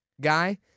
Guy